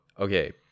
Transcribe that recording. okay